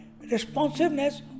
responsiveness